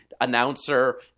announcer